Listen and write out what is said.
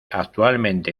actualmente